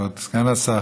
כבוד סגן השר,